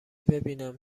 ببینم